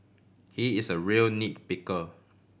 he is a real nit picker